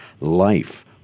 life